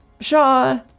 shaw